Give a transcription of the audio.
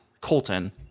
Colton